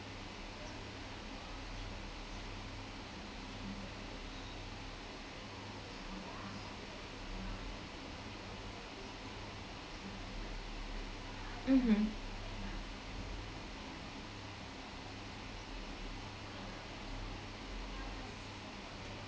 mmhmm